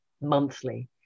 monthly